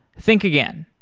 think again.